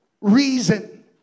reason